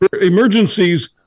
emergencies